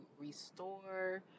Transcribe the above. restore